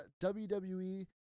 WWE